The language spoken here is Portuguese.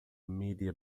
mídia